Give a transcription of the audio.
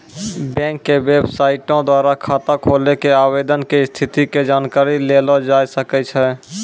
bank के बेबसाइटो द्वारा खाता खोलै के आवेदन के स्थिति के जानकारी लेलो जाय सकै छै